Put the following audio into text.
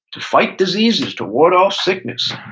to fight diseases, to ward off sickness.